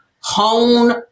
hone